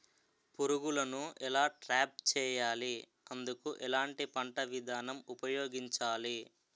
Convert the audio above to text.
పురుగులను ఎలా ట్రాప్ చేయాలి? అందుకు ఎలాంటి పంట విధానం ఉపయోగించాలీ?